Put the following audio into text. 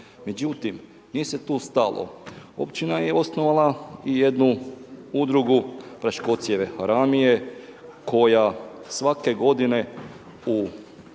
Međutim, nije se tu stalo. Općina je osnovala i jednu udruge .../Govornik se ne razumije./... koja svake godine u